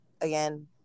again